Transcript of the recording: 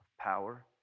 power